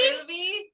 movie